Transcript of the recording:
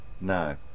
No